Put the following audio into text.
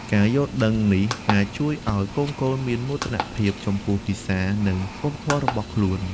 ការយល់ដឹងនេះអាចជួយឱ្យកូនៗមានមោទនភាពចំពោះភាសា និងវប្បធម៌របស់ខ្លួន។